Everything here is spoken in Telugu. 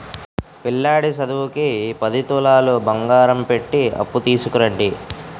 పిల్లాడి సదువుకి ఈ పది తులాలు బంగారం పెట్టి అప్పు తీసుకురండి